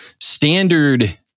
standard